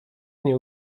nie